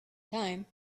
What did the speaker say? time